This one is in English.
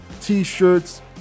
T-shirts